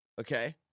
Okay